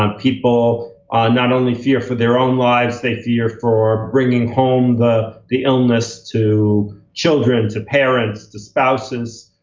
um people not only fear for their own lives, they fear for bringing home the the illness to children, to parents, to spouses.